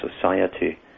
society